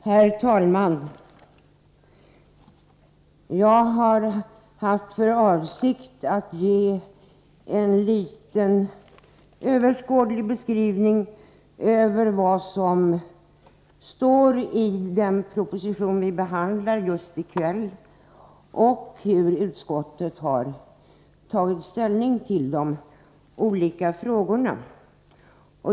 Herr talman! Jag har haft för avsikt att ge en överskådlig beskrivning av vad som står i den proposition vi behandlar i kväll och av hur utskottet tagit ställning till de olika frågorna.